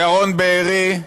ירון בארי,